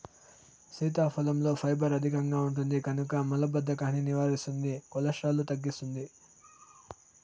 సీతాఫలంలో ఫైబర్ అధికంగా ఉంటుంది కనుక మలబద్ధకాన్ని నివారిస్తుంది, కొలెస్ట్రాల్ను తగ్గిస్తుంది